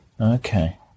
Okay